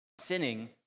sinning